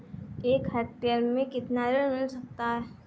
एक हेक्टेयर में कितना ऋण मिल सकता है?